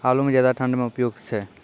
आलू म ज्यादा ठंड म उपयुक्त छै?